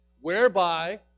whereby